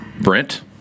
Brent